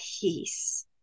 peace